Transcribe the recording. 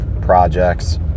projects